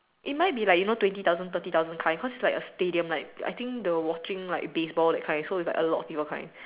it might be like you know twenty thousand thirty thousand kind cause it's like a stadium like I think the watching like baseball that kind so is like a lot of people kind